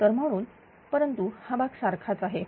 तर म्हणून परंतु हा भाग सारखाच आहे